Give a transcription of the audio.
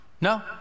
No